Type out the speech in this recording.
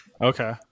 Okay